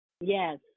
Yes